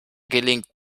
gelingt